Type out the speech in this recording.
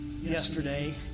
yesterday